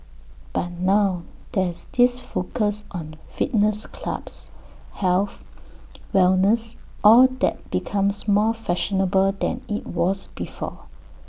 but now there's this focus on fitness clubs health wellness all that becomes more fashionable than IT was before